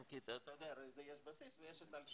כי יש בסיס ויש את על שינוייו,